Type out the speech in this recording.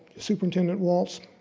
superintendent walt.